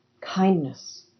kindness